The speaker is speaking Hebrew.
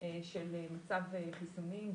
של מצב החיסונים,